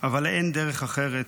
אבל אין דרך אחרת.